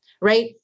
right